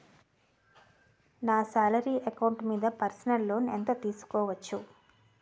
నా salary account మీద personal loan ఎంత తీసుకోవచ్చు?